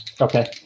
Okay